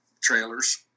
trailers